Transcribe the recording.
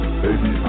baby